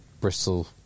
Bristol